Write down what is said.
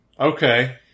Okay